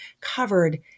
covered